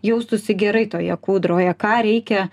jaustųsi gerai toje kūdroje ką reikia